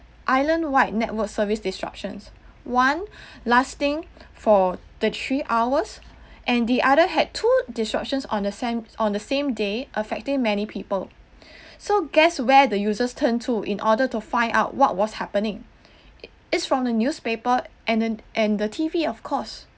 island wide network service disruptions one lasting for the three hours and the other had two disruptions on the sam~ on the same day affecting many people so guess where the users turn to in order to find out what was happening is from the newspaper and and and the T_V of course